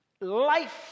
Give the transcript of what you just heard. Life